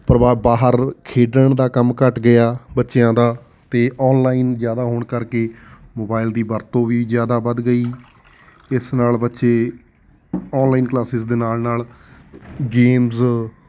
ਭਾਵੇਂ ਬਾਹਰ ਖੇਡਣ ਦਾ ਕੰਮ ਘੱਟ ਗਿਆ ਬੱਚਿਆਂ ਦਾ ਅਤੇ ਔਨਲਾਈਨ ਜ਼ਿਆਦਾ ਹੋਣ ਕਰਕੇ ਮੋਬਾਇਲ ਦੀ ਵਰਤੋਂ ਵੀ ਜ਼ਿਆਦਾ ਵੱਧ ਗਈ ਜਿਸ ਨਾਲ ਬੱਚੇ ਔਨਲਾਈਨ ਕਲਾਸਿਸ ਦੇ ਨਾਲ ਨਾਲ ਗੇਮਜ਼